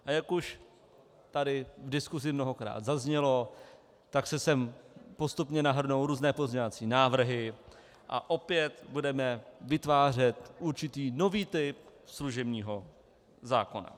Jak už tady v diskusi mnohokrát zaznělo, tak se sem postupně nahrnou různé pozměňovací návrhy a opět budeme vytvářet určitý nový typ služebního zákona.